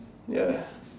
ya ya